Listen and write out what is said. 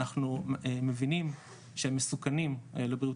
אנחנו מבינים שהם מסוכנים לבריאות